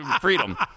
Freedom